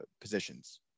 positions